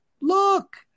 Look